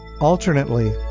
Alternately